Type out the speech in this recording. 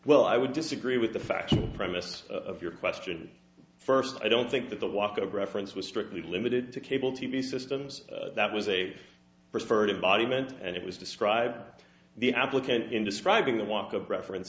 well i would disagree with the factual premise of your question first i don't think that the walk of reference was strictly limited to cable t v systems that was a preferred body meant and it was described the applicant in describing the walk of reference